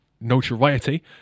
notoriety